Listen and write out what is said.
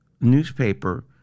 newspaper